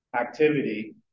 activity